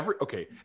Okay